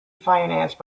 financed